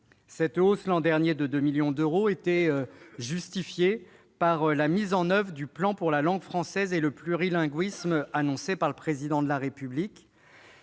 d'euros l'an dernier. Celle-ci était alors justifiée par la mise en oeuvre du plan pour la langue française et le plurilinguisme annoncé par le Président de la République.